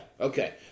okay